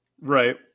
Right